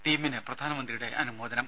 ടീമിന് പ്രധാനമന്ത്രിയുടെ അനുമോദനം